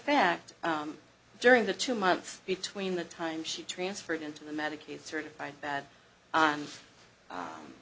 fact during the two months between the time she transferred into the medicaid certified bad on